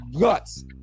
guts